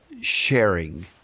sharing